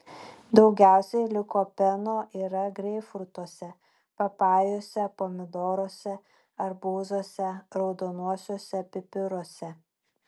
daugiausiai likopeno yra greipfrutuose papajose pomidoruose arbūzuose raudonuosiuose pipiruose